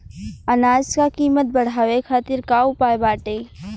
अनाज क कीमत बढ़ावे खातिर का उपाय बाटे?